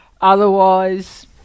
Otherwise